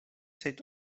said